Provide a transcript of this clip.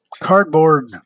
cardboard